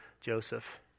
Joseph